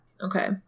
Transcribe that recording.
Okay